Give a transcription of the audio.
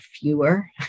fewer